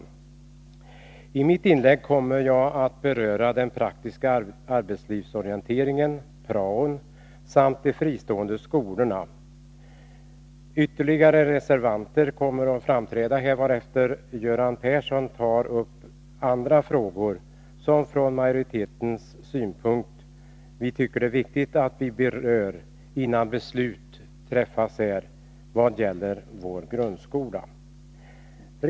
Jag kommer i mitt inlägg att beröra frågor om den praktiska arbetslivsorienteringen, praon, och de fristående skolorna. Fler reservanter kommer att ta till orda, varefter Göran Persson gör ett inlägg om de frågor som utskottsmajoriteten anser bör belysas innan vi fattar beslut om vår grundskola.